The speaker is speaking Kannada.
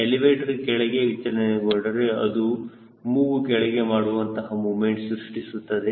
ಎಲಿವೇಟರ್ ಕೆಳಗೆ ವಿಚಲನೆಗೊಂಡರೆ ಅದು ಮೂಗು ಕೆಳಗೆ ಮಾಡುವಂತಹ ಮೊಮೆಂಟ್ ಸೃಷ್ಟಿಸುತ್ತದೆ